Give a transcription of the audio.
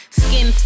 skin